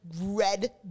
red